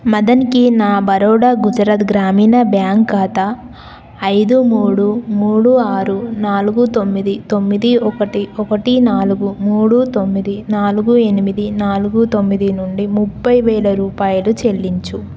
మదన్కి నా బరోడా గుజరాత్ గ్రామీణ బ్యాంక్ ఖాతా ఐదు మూడు మూడు ఆరు నాలుగు తొమ్మిది తొమ్మిది ఒకటి ఒకటి నాలుగు మూడు తొమ్మిది నాలుగు ఎనిమిది నాలుగు తొమ్మిది నుండి ముప్పై వేల రూపాయలు చెల్లించు